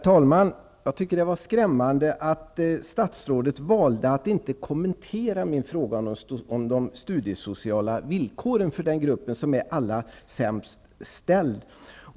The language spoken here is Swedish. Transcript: Herr talman! Det var skrämmande att statsrådet valde att inte kommentera min fråga om de studiesociala villkoren för den grupp som har det allra sämst ställt.